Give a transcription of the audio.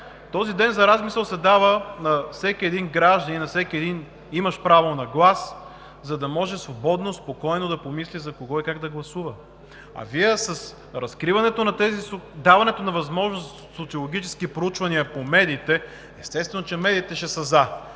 Този ден за размисъл се дава на всеки един гражданин, на всеки един, имащ право на глас, за да може свободно, спокойно да помисли за кого и как да гласува, а Вие с разкриването, с даването на възможност за социологически проучвания в медиите, естествено, че медиите ще са „за“!